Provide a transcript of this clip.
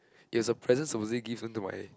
it was a present Suzy given to Waye